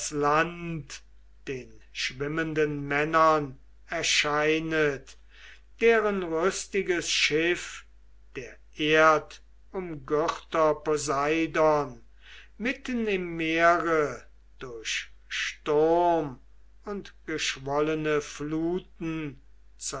land den schwimmenden männern erscheinet deren rüstiges schiff der erdumgürter poseidon mitten im meere durch sturm und geschwollene fluten